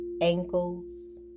ankles